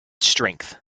strength